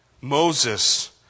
Moses